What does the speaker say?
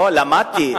לא, למדתי.